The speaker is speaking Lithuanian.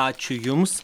ačiū jums